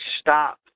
stop